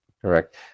Correct